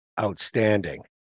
outstanding